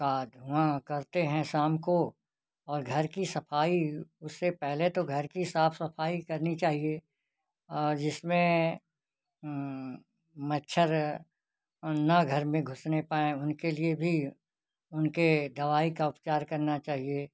का धुँआ करते हैं शाम को और घर की सफ़ाई उससे पहले तो घर की साफ़ सफ़ाई करनी चाहिए जिसमें मच्छर न घर में घुसने पाएँ उनके लिए भी उनके दवाई का उपचार करना चाहिए